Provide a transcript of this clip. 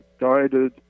guided